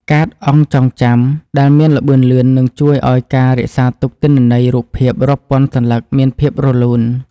កាតអង្គចងចាំ ដែលមានល្បឿនលឿននឹងជួយឱ្យការរក្សាទុកទិន្នន័យរូបភាពរាប់ពាន់សន្លឹកមានភាពរលូន។